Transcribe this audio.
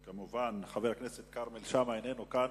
חבר הכנסת כרמל שאמה, איננו כאן.